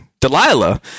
Delilah